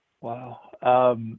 Wow